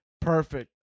Perfect